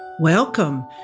Welcome